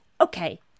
okay